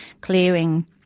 clearing